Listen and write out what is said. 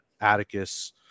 Atticus